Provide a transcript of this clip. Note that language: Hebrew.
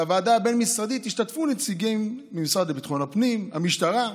השתתפו נציגים ממשרד לביטחון הפנים, המשטרה,